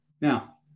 Now